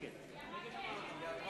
היא אמרה "כן".